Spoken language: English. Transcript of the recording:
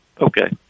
okay